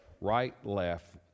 right-left